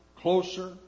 closer